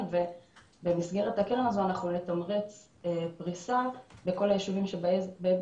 ובמסגרת הקרן הזאת אנחנו נתמרץ פריסה בכל היישובים שבהם